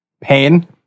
pain